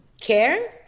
care